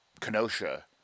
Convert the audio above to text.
Kenosha